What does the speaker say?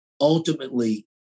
ultimately